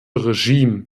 regime